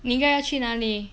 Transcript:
你应该要去哪里